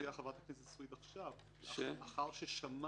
מה שהציעה חברת הכנסת סויד עכשיו: לאחר ששמע